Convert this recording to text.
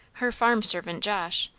her farm servant, josh,